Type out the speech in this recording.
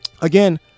again